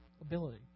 ability